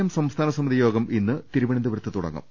M സംസ്ഥാന സമിതി യോഗം ഇന്ന് തിരു വനന്തപുരത്ത് തുടങ്ങും